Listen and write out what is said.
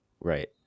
Right